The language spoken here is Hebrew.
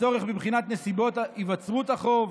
הצורך בבחינת נסיבות היווצרות החוב,